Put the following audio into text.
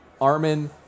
Armin